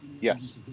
Yes